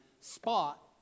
spot